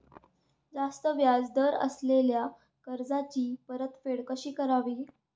जास्त व्याज दर असलेल्या कर्जाची परतफेड कशी करावी?